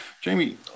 Jamie